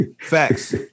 Facts